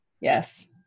Yes